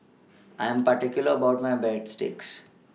I Am particular about My Breadsticks